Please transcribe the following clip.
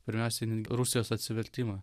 pirmiausiai rusijos atsivertimą